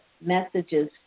messages